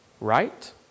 right